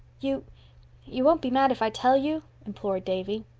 you you won't be mad if i tell you? implored davy.